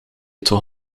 toch